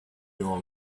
your